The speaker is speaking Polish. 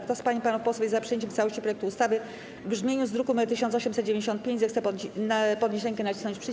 Kto z pań i panów posłów jest za przyjęciem w całości projektu ustawy w brzmieniu z druku nr 1895, zechce podnieść rękę i nacisnąć przycisk.